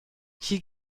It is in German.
hier